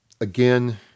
Again